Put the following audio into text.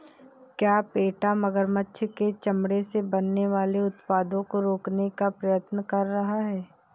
क्या पेटा मगरमच्छ के चमड़े से बनने वाले उत्पादों को रोकने का प्रयत्न कर रहा है?